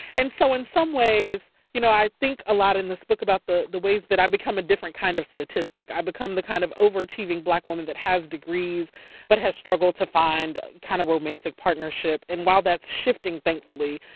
and so in some ways, you know i think a lot in this book about the the ways that i become a different kind of statistic. i become the kind of overachieving black woman that has degrees but has struggled to find kind of romantic partnership and while that's shifting thankfully,